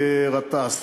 גטאס.